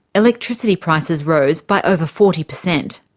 electricity prices rose by over forty percent.